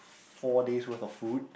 four days worth of food